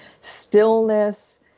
stillness